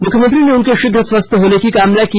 मुख्यमंत्री ने उनके शीघ्र स्वस्थ होने की कामना की